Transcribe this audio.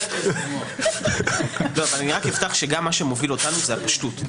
שמה שמוביל אותנו זו הפשטות.